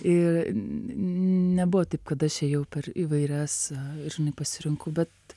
ir nebuvo taip kad aš ėjau per įvairias ir nepasirinkau bet